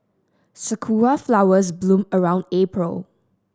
sakura flowers bloom around April